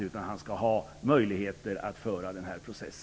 Man skall ha möjligheter att föra en sådan här process.